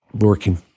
working